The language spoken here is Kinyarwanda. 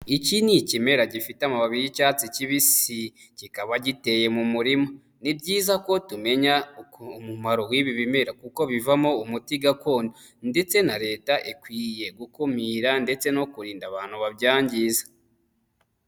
Iki ni ikimera gifite amababi y'icyatsi kibisi, kikaba giteye mu murima, ni byiza ko tumenya umumaro w'ibi bimera, kuko bivamo umuti gakondo. Ndetse na leta ikwiye gukumira, ndetse no kurinda abantu babyangiza.